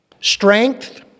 strength